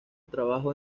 trabajo